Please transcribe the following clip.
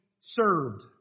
served